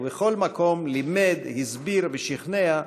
ובכל מקום לימד, הסביר ושכנע,